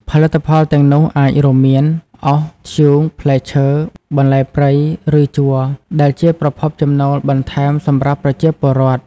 ផលិតផលទាំងនោះអាចរួមមានអុស ធ្យូង ផ្លែឈើ បន្លែព្រៃ ឬជ័រ ដែលជាប្រភពចំណូលបន្ថែមសម្រាប់ប្រជាពលរដ្ឋ។